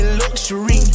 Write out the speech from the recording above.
luxury